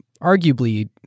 arguably